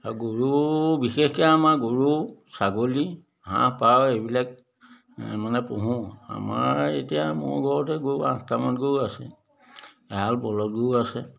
আৰু গৰু বিশেষকৈ আমাৰ গৰু ছাগলী হাঁহ পাৰ এইবিলাক এ মানে পোহোঁ আমাৰ এতিয়া মোৰ ঘৰতে গৰু আঠটামান গৰু আছে এ আৰু বলদ গৰু আছে